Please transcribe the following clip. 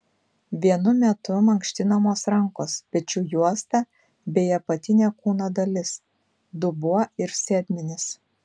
vienu metu mankštinamos rankos pečių juosta bei apatinė kūno dalis dubuo ir sėdmenys